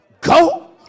go